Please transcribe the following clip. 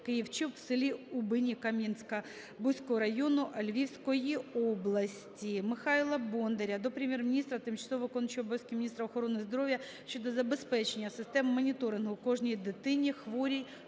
Київ - Чоп в селі Убині Кам'янка-Бузького району Львівської області. Михайла Бондаря до Прем'єр-міністра, тимчасово виконуючої обов'язки Міністра охорони здоров'я щодо забезпечення систем моніторингу кожній дитині, хворій